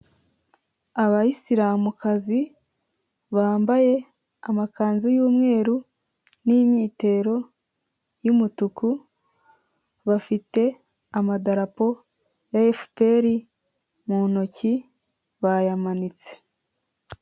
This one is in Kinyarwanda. Abayisiramukazi, bambaye amakanzu y'umweru, n'imyitero y'umutuku, bafite amadarapo FPR mu ntoki bayamanitse.